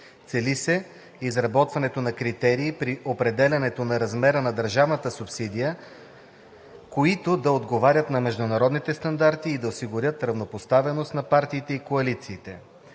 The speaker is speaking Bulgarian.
Цели се изработването на критерии при определянето на размера на държавната субсидия, които да отговорят на международните стандарти и да осигурят равнопоставеност на партиите и коалициите.